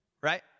right